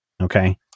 Okay